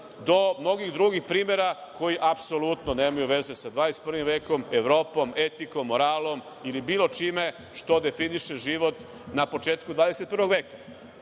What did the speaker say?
do mnogih drugih primera koji apsolutno nemaju veze sa 21. vekom, sa Evropom, etikom, moralom ili bilo čime što definiše život na početku 21. veka. Zato